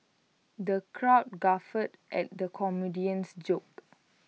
the crowd guffawed at the comedian's jokes